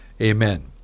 Amen